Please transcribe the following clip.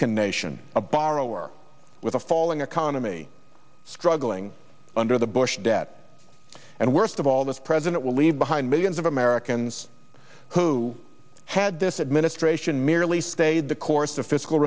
en nation a borrower with a falling a con a me struggling under the bush debt and worst of all this president will leave behind millions of americans who had this administration merely stayed the course of fiscal